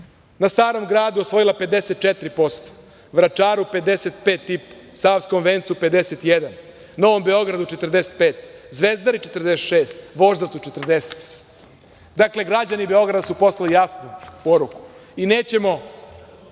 na Starom gradu osvojila 54%, Vračaru 55,5%, Savskom vencu 51%, Novom Beogradu 45%, Zvezdari 46%, Voždovcu 40%. Dakle, građani Beograda su poslali jasnu poruku i nećemo